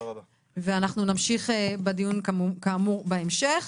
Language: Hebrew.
ואנחנו נמשיך בדיון כאמור בהמשך.